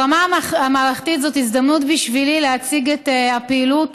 ברמה המערכתית זו הזדמנות בשבילי להציג את הפעילות